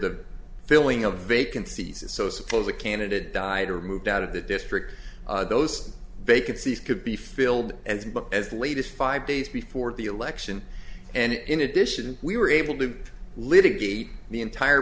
the filling of vacancies so suppose a candidate died or moved out of the district those vacancies could be filled as book as the latest five days before the election and in addition we were able to litigate the entire